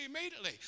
immediately